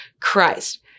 Christ